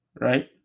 right